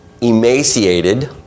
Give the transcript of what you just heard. emaciated